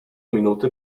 minuty